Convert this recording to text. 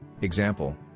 example